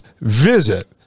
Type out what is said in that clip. visit